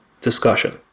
discussion